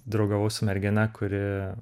draugavau su mergina kuri